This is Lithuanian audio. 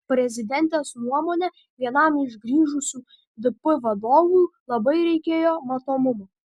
prezidentės nuomone vienam iš grįžusių dp vadovų labai reikėjo matomumo